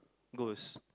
ghost